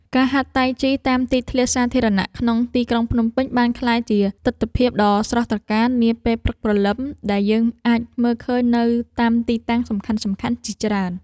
ការហាត់តៃជីតាមទីធ្លាសាធារណៈក្នុងទីក្រុងភ្នំពេញ បានក្លាយជាទិដ្ឋភាពដ៏ស្រស់ត្រកាលនាពេលព្រឹកព្រលឹម ដែលយើងអាចមើលឃើញនៅតាមទីតាំងសំខាន់ៗជាច្រើន។